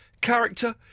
character